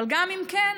אבל גם אם כן,